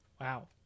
Wow